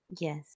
Yes